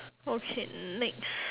okay next